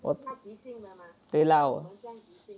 我对啦我